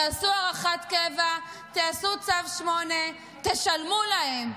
תעשו הארכת קבע, תעשו צו 8, תשלמו להם.